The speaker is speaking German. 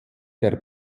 der